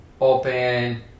open